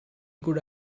good